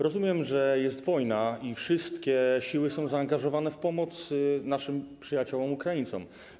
Rozumiem, że jest wojna i wszystkie siły są zaangażowane w pomoc naszym przyjaciołom Ukraińcom.